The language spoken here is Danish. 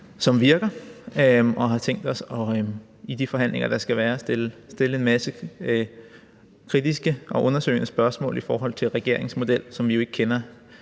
som virker, og vi har tænkt os i de forhandlinger, der skal være, at stille en masse kritiske og undersøgende spørgsmål til regeringens model, som vi ikke kender